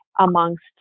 amongst